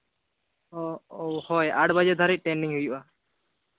ᱚ ᱦᱳᱭ ᱟᱴ ᱵᱟᱡᱮ ᱫᱷᱟᱹᱵᱤᱡ ᱴᱨᱮᱱᱤᱝ ᱦᱩᱭᱩᱜᱼᱟ